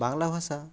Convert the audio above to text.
বাংলা ভাষা